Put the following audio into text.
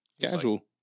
casual